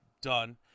done